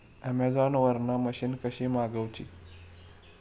Amazon वरन machine कशी मागवची?